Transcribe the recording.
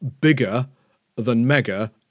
bigger-than-mega